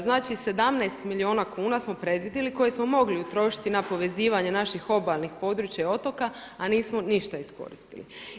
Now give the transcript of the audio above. Znači 17 milijuna kuna smo predvidjeli koje smo mogli utrošiti na povezivanje naših obalnih područja i otoka a nismo ništa iskoristili.